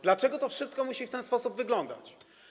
Dlaczego to wszystko musi w ten sposób wyglądać?